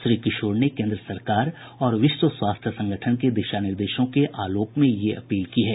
श्री किशोर ने केन्द्र सरकार और विश्व स्वास्थ्य संगठन के दिशा निर्देशों के आलोक में यह अपील की है